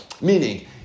Meaning